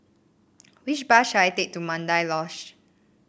which bus should I take to Mandai Lodge